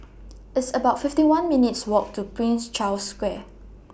It's about fifty one minutes' Walk to Prince Charles Square